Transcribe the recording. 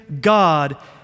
God